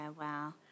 wow